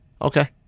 Okay